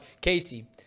Casey